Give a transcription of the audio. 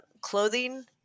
clothing